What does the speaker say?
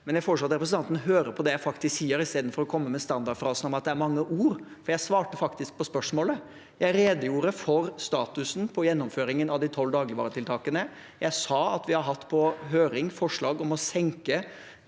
Jeg foreslår at representanten hører på det jeg faktisk sier, istedenfor å komme med standardfrasen om at det er mange ord, for jeg svarte faktisk på spørsmålet. Jeg redegjorde for statusen på gjennomføringen av de tolv dagligvaretiltakene. Jeg sa at vi har hatt på høring forslag om å senke